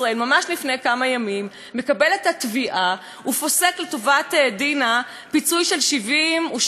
קיבל את התביעה ופסק לטובת דינה פיצוי של 72,000 שקלים.